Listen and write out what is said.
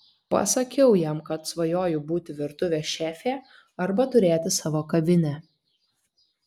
pasakiau jam kad svajoju būti virtuvės šefė arba turėti savo kavinę